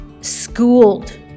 schooled